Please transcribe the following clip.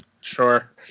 Sure